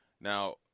Now